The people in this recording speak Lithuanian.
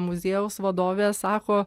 muziejaus vadovė sako